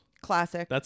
Classic